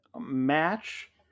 match